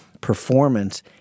performance